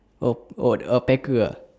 oh oh uh packer ah